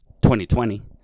2020